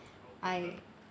I